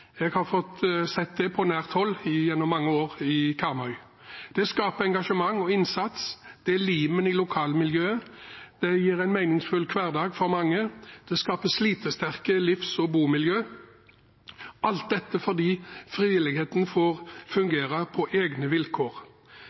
Jeg har fått se det på nært hold gjennom mange år i Karmøy. Det skaper engasjement og innsats, det er limet i lokalmiljøet, det gir en meningsfull hverdag for mange, og det skaper slitesterke livs- og bomiljø – alt dette fordi frivilligheten får fungere på egne vilkår.